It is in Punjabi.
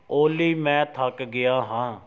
ਓਲੀ ਮੈਂ ਥੱਕ ਗਿਆ ਹਾਂ